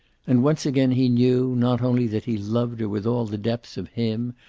and once again he knew, not only that he loved her with all the depths of him,